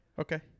Okay